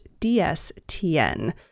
DSTN